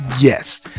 yes